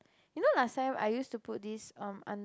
you know last time I used to put this um under